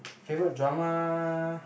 favourite drama